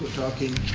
talking